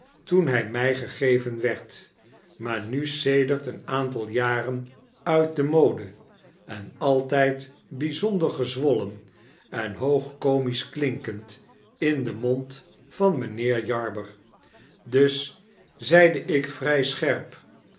toen hy my gegeven werd maar nu sedert een aantal jaren uit de mode en altyd byzonder gezwollen en hoog comisch klinkend in den mond van mynheer jarber dus zeide ik vry scherp